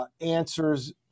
answers